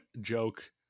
joke